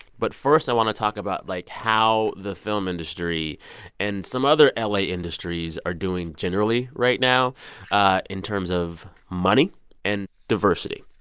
but first, i want to talk about, like, how the film industry and some other la industries are doing generally right now in terms of money and diversity.